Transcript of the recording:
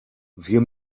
wir